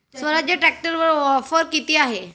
स्वराज्य ट्रॅक्टरवर ऑफर किती आहे?